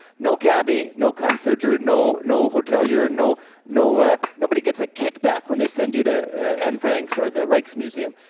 no cabbie, no concierge, and no no hotelier, and no no ah nobody gets a kick back when they send you to anne frank's or the rijksmuseum.